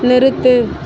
நிறுத்து